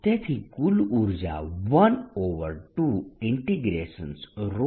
તેથી કુલ ઉર્જા 12r